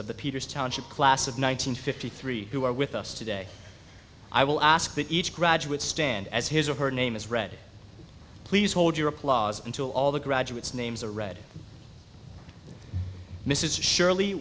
of the peters township class of nine hundred fifty three who are with us today i will ask that each graduate stand as his or her name is read please hold your applause until all the graduates names are read mrs shirley